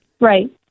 Right